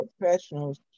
professionals